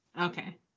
Okay